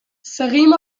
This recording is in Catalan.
seguim